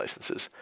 licenses